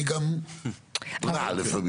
אני גם רע לפעמים.